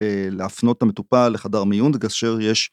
להפנות את המטופל לחדר מיון וכאשר יש